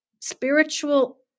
spiritual